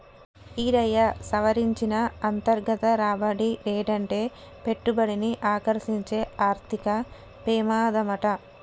ఈరయ్యా, సవరించిన అంతర్గత రాబడి రేటంటే పెట్టుబడిని ఆకర్సించే ఆర్థిక పెమాదమాట